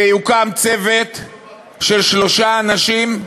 שיוקם צוות של שלושה אנשים,